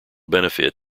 benefit